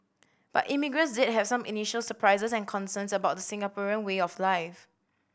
but immigrants did have some initial surprises and concerns about the Singaporean way of life